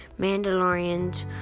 Mandalorians